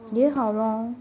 也好咯